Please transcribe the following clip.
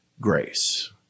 grace